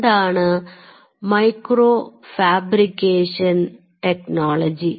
എന്താണ് micro fabrication technology